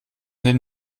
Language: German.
den